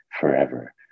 forever